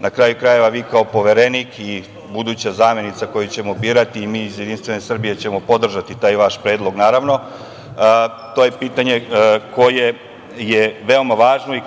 na kraju krajeva, vi kao Poverenik i buduća zamenica koju ćemo birati, i mi iz JS ćemo podržati taj vaš predlog, naravno, to je pitanje koje je veoma važno i